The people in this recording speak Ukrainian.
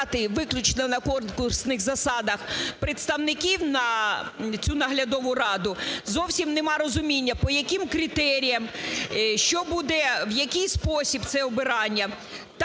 виключно на конкурсних засадах представників на цю наглядову раду. Зовсім немає розуміння, по яким критеріям, що буде, в який спосіб це обирання.